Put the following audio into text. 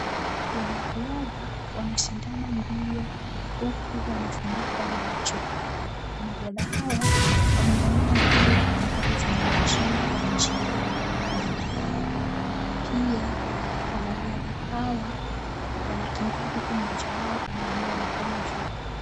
Wanariadha wanashindana mbio huku wamefunikwa macho. Wanariadha hawa wamevalia nguo ambazo zina majina ya nchi yao mbele yao, pia wanariadha hawa wanakimbia huku mmoja wao anainua mikono juu.